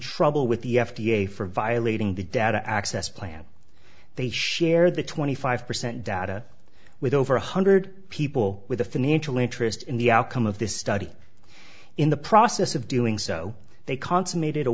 trouble with the f d a for violating the data access plan they'd share the twenty five percent data with over one hundred people with a financial interest in the outcome of this study in the process of doing so they consummated a